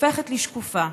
הופכת לשקופה.